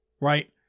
Right